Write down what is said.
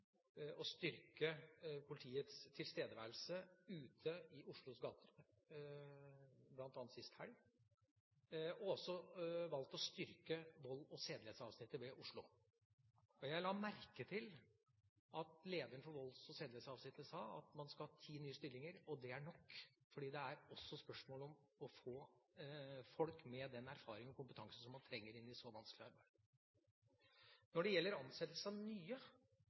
å styrke politiets tilstedeværelse i Oslos gater, bl.a. sist helg, og også valgt å styrke volds- og sedelighetsavsnittet i Oslo. Jeg la merke til at lederen for volds- og sedelighetsavsnittet sa at man skal ha ti nye stillinger. Det er nok, for det også er spørsmål om å få folk med den erfaring og kompetanse som man trenger, inn i et så vanskelig arbeid. Når det gjelder ansettelse av nye